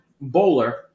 Bowler